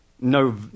no